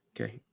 Okay